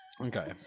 Okay